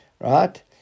Right